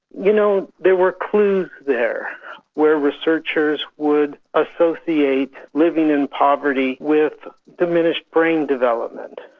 you know, there were clues there where researchers would associate living in poverty with diminished brain development,